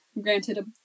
granted